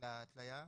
הבדיקה